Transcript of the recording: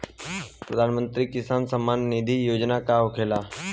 प्रधानमंत्री किसान सम्मान निधि योजना का होखेला?